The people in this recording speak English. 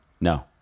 No